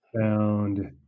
found